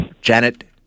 Janet